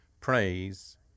praise